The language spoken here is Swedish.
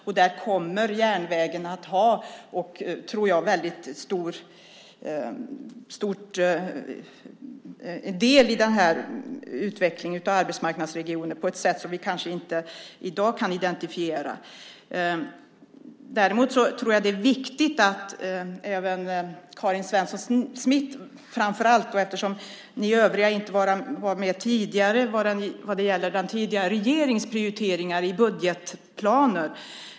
Jag tror att järnvägen kommer att ha en väldigt stor del i utvecklingen av arbetsmarknadsregionerna på ett sätt som vi kanske inte kan identifiera i dag. Jag vänder mig framför allt till Karin Svensson Smith, eftersom ni övriga inte var med tidigare, vad gäller den tidigare regeringens prioriteringar i budgetplanen.